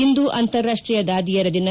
ಇಂದು ಅಂತಾರಾಷ್ಟೀಯ ದಾದಿಯರ ದಿನ